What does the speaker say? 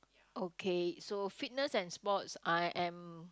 okay so fitness and sports I am